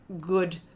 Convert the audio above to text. good